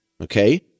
Okay